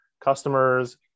customers